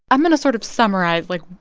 i'm going to sort of summarize, like,